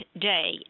day